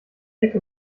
ecke